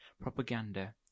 propaganda